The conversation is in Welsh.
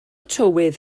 tywydd